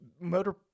motor